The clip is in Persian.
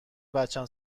بچم